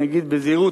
אני אגיד בזהירות,